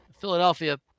Philadelphia